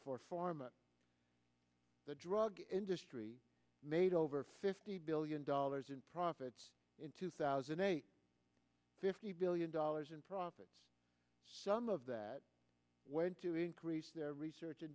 pharma the drug industry made over fifty billion dollars in profits in two thousand and eight fifty billion dollars in profits some of that went to increase their research and